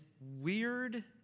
weird